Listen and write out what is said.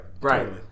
Right